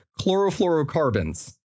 Chlorofluorocarbons